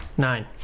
Nine